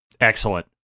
Excellent